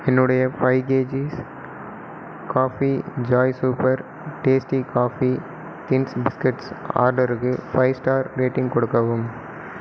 என்னுடைய five kgs Coffee Joy super tasty coffee thins biscuits ஆர்டருக்கு five star rating கொடுக்கவும்